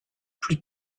plus